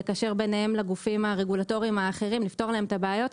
לקשר בינם לגופים הרגולטורים האחרים ולפתור להם את הבעיות.